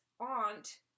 aunt